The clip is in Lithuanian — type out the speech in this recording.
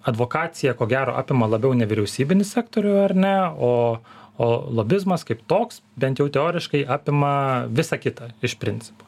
advokacija ko gero apima labiau nevyriausybinį sektorių ar ne o o lobizmas kaip toks bent jau teoriškai apima visą kitą iš principo